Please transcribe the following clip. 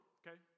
okay